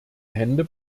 hände